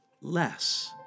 less